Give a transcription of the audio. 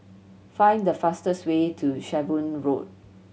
find the fastest way to Shenvood Road